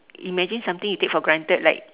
imagine something you take for granted like